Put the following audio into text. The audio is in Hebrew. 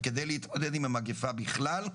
וכדי להתמודד עם המגיפה בכלל,